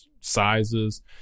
sizes